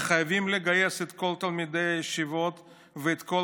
שחייבים לגייס את כל תלמידי הישיבות ואת כל